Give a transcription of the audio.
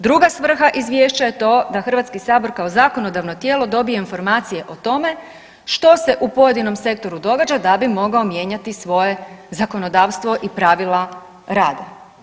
Druga svrha izvješća je to da Hrvatski sabor kao zakonodavno tijelo dobije informacije o tome što se u pojedinom sektoru događa da bi mogao mijenjati svoje zakonodavstvo i pravila rada.